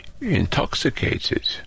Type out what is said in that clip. intoxicated